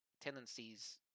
tendencies